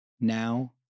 now